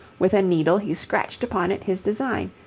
with a needle he scratched upon it his design,